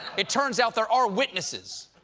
it turns out there are witnesses.